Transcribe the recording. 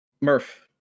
Murph